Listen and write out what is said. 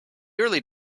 early